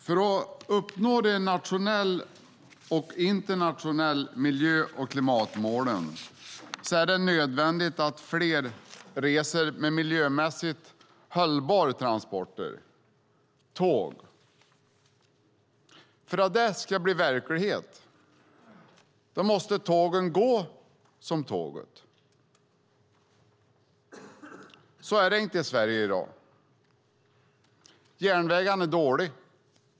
För att uppnå de nationella och internationella miljö och klimatmålen är det nödvändigt att fler reser med miljömässigt hållbara transporter - tåg. För att det ska bli verklighet måste tågen gå som tåget. Så är det inte i Sverige i dag. Järnvägarna är dåliga.